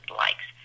likes